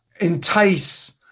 entice